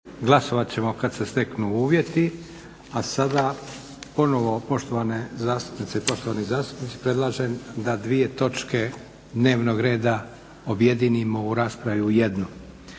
**Leko, Josip (SDP)** A sada ponovno poštovane zastupnice i poštovani zastupnici predlažem da dvije točke dnevnog reda objedinimo u raspravi u jedno.